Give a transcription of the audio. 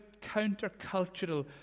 countercultural